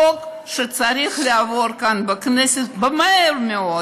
חוק שצריך לעבור כאן בכנסת ומהר מאוד,